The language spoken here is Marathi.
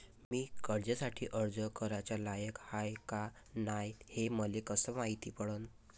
मी कर्जासाठी अर्ज कराचा लायक हाय का नाय हे मले कसं मायती पडन?